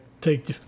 take